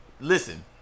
Listen